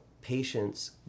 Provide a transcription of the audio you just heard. patients